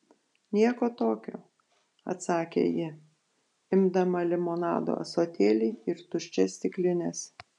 nieko tokio atsakė ji imdama limonado ąsotėlį ir tuščias stiklines